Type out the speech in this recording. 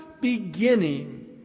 beginning